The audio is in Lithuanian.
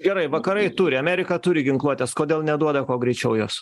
gerai vakarai turi amerika turi ginkluotės kodėl neduoda kuo greičiau jos